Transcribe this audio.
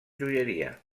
joieria